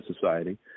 Society